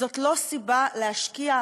זאת לא סיבה להשקיע,